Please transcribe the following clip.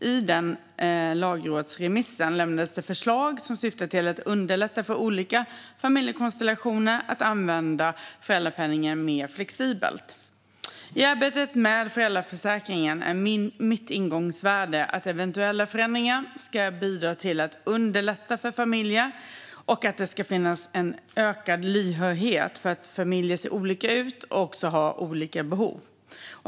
I lagrådsremissen lämnas förslag som syftar till att underlätta för olika familjekonstellationer att använda föräldrapenningen mer flexibelt. I arbetet med föräldraförsäkringen är mitt ingångsvärde att eventuella förändringar ska bidra till att underlätta för familjer och att det ska finnas en lyhördhet för att familjer ser olika ut och har olika behov.